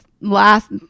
last